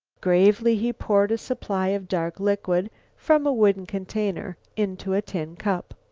gravely he poured a supply of dark liquid from a wooden container into a tin cup.